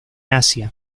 asia